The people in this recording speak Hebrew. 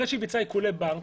אחרי שביצעה עיקולי בנק,